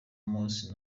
mossi